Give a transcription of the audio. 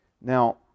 now